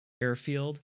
airfield